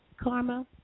Karma